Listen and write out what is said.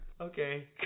Okay